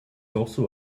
also